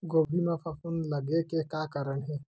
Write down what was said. गोभी म फफूंद लगे के का कारण हे?